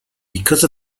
because